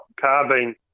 carbine